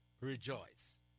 rejoice